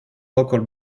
local